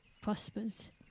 prospers